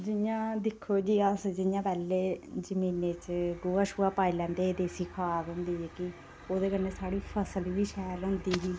जि'यां दिक्खो जी अस जि'यां पैह्लें जमीनै च गोहा पाई लैंदे हे देसी खाद होंदी जेह्की ओह्दे कन्नै साढ़ी फसल बी शैल होंदी ही